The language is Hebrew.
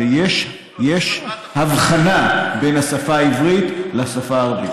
ויש הבחנה בין השפה העברית לשפה הערבית.